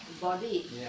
body